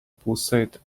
pulsate